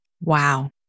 Wow